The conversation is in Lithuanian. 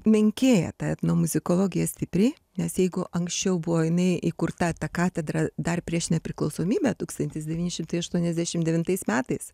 menkėja ta etnomuzikologija stipriai nes jeigu anksčiau buvo jinai įkurta ta katedra dar prieš nepriklausomybę tūkstantis devyni šimtai aštuoniasdešim devintais metais